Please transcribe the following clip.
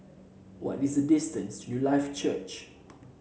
what is the distance Newlife Church